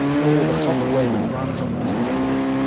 and all the software that runs on those computers.